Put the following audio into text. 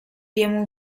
jemu